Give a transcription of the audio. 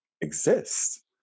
exist